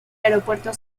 aeropuerto